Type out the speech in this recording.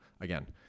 again